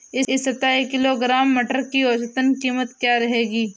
इस सप्ताह एक किलोग्राम मटर की औसतन कीमत क्या रहेगी?